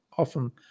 often